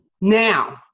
Now